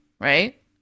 right